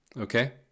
Okay